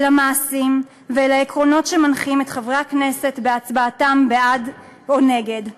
אל המעשים ואל העקרונות שמנחים את חברי הכנסת בהצבעתם בעד או נגד.